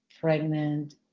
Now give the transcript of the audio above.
pregnant